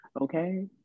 Okay